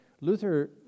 luther